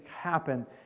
happen